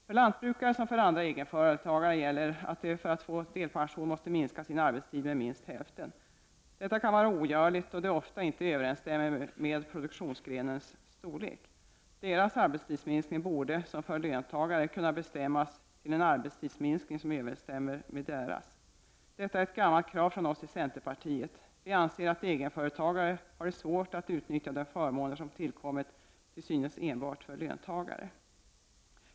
För lantbrukare liksom för andra egenföretagare gäller att de för att få delpension måste minska sin arbetstid med minst hälften. Detta kan vara ogörligt, då det ofta inte överenstämmer med produktionsgrenens storlek. Deras arbetstidsminskning borde, som för löntagare, kunna bestämmas till en arbetstidsminskning som överenstämmer med deras. Detta är ett gammalt krav från oss i centerpartiet. Vi anser att egenföretagare har svårt att utnyttja de förmåner som tillkommit till synes enbart för löntagare.